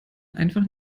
einfach